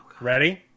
ready